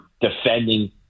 defending